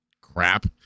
crap